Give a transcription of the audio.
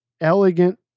elegant